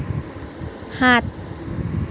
সাত